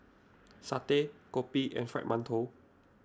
Satay Kopi and Fried Mantou